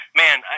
man